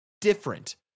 different